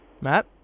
Matt